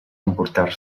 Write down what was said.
emportar